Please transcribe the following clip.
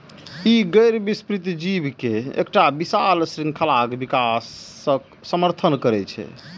ई गैर विस्तृत जीव के एकटा विशाल शृंखलाक विकासक समर्थन करै छै